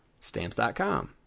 Stamps.com